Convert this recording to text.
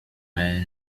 man